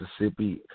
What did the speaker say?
Mississippi